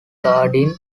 guarding